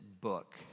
book